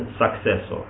successor